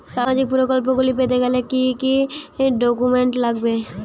সামাজিক প্রকল্পগুলি পেতে গেলে কি কি ডকুমেন্টস লাগবে?